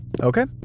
Okay